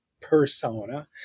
persona